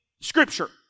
scripture